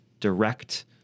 direct